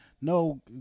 No